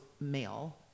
male